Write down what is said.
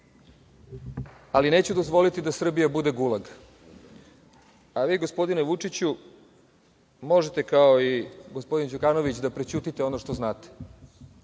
ali neću dozvoliti da Srbija bude gulag, a vi, gospodine Vučiću, možete, kao i gospodin Đukanović, da prećutite ono što znate.